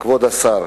כבוד השר,